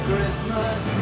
Christmas